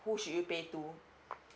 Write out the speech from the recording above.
who should you pay to